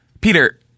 Peter